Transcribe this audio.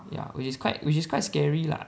ya which is quite which is quite scary lah